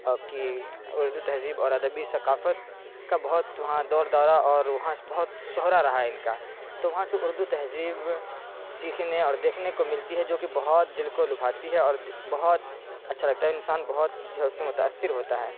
کی اردو تہذیب اور ادبی ثقافت کا بہت وہاں دور دورا اور وہاں بہت شہرہ رہا ہے ان کا تو وہاں سے اردو تہذیب سیکھنے اور دیکھنے کو ملتی ہے جو کہ بہت دل کو لبھاتی ہے اور بہت اچھا لگتا ہے اور انسان بہت جو ہے اس سے متأثر ہوتا ہے